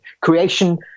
creation